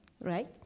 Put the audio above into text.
right